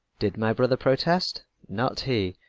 did my brother protest? not he.